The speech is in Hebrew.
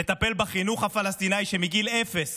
נטפל בחינוך הפלסטיני, שמגיל אפס